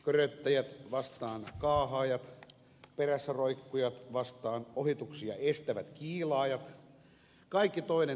köröttäjät vastaan kaahaajat perässä roikkujat vastaan ohituksia estävät kiilaajat kaikki toinen toistensa vartijoita